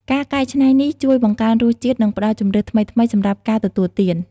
ការកែច្នៃនេះជួយបង្កើនរសជាតិ និងផ្តល់ជម្រើសថ្មីៗសម្រាប់ការទទួលទាន។